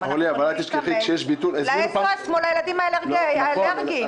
אנחנו יכולים --- כמו לילדים האלרגנים.